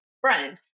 friend